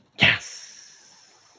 Yes